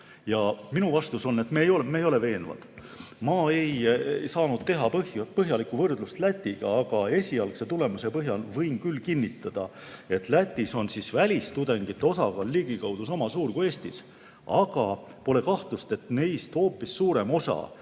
Ja minu vastus on, et me ei ole veenvad. Ma ei saanud teha põhjalikku võrdlust Lätiga, aga esialgse tulemuse põhjal võin küll kinnitada, et Lätis on välistudengite osakaal ligikaudu sama suur kui Eestis, aga pole kahtlust, et neist hoopis suurem osa,